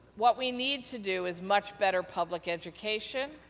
what we need to do is much better public education,